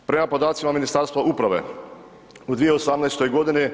Prema podacima Ministarstva uprave, u 2018.